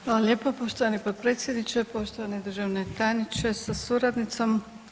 Hvala lijepo poštovani potpredsjedniče, poštovani državni tajniče sa suradnicom.